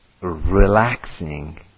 relaxing